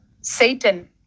Satan